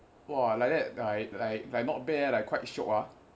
!wah! like that like like like not bad ah like quite shiok ah